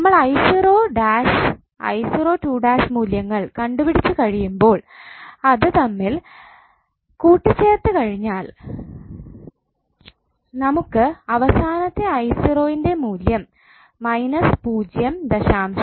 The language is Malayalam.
നമ്മൾ 𝑖0′ 𝑖0′′ മൂല്യങ്ങൾ കണ്ടു പിടിച്ചു കഴിയുമ്പോൾ അത് തമ്മിൽ കൂട്ടിച്ചേർത്തു കഴിഞ്ഞാൽ നമുക്ക് അവസാനത്തെ 𝑖0 ന്റെ മൂല്യം −0